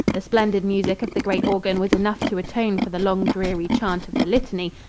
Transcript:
the splendid music of the great organ was enough to atone for the long dreary chant of the litany,